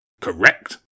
Correct